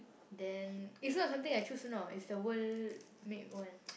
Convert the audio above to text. then it's not something I change you know is the world make one